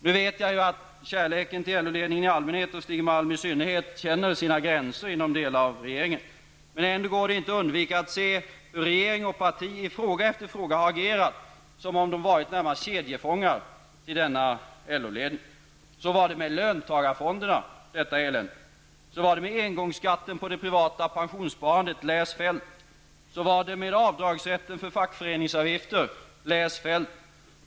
Nu vet jag att kärleken till LO-ledningen i allmänhet och Stig Malm i synnerhet känner sina gränser inom delar av regeringen. Men ändå går det inte att undvika att se hur regering och parti i fråga efter fråga har agerat som om de hade varit närmast kedjefångar till denna LO-ledning. Så var det med löntagarfonderna -- detta elände. Så var det med engångsskatten på det privata pensionssparandet. Läs Feldt! Så var det med avdragsrätten för fackföreningsavgifter. Läs Feldt!